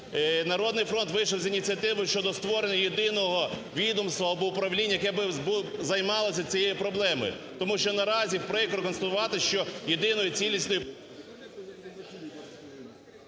"Народний фронт" вийшов з ініціативою щодо створення єдиного відомства або управління, яке би займалося цією проблемою, тому що наразі прикро констатувати, що єдиною… ГОЛОВУЮЧИЙ.